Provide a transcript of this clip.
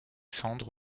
cendres